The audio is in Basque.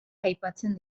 aipatzen